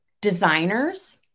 designers